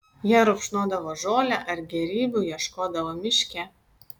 jie rupšnodavo žolę ar gėrybių ieškodavo miške